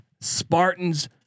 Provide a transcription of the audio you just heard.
Spartans